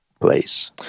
place